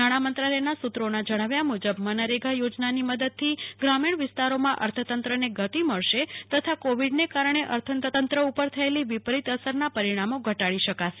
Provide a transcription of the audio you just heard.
નાણાં મંત્રાલયના સૂ ત્રોના જ્ણાવ્યા મુજબ મનરેગા યોજનાની મદદથી ગ્રામીણ વિસ્તારોમાં અર્થતંત્રને ગતિ મળશે તથા કોવીડના કારણે અર્થતંત્ર ઉપર થયેલી વિપરીત અસરના પરિણામો ઘટાડી શકાશે